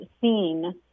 seen